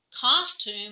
costume